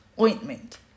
ointment